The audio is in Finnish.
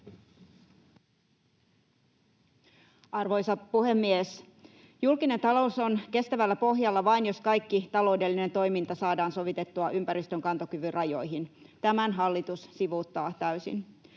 Arvoisa puhemies! Julkinen talous on kestävällä pohjalla vain, jos kaikki taloudellinen toiminta saadaan sovitettua ympäristön kantokyvyn rajoihin. Tämän hallitus sivuuttaa täysin.